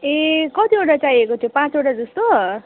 ए कतिवटा चाहिएको थियो पाँचवटा जस्तो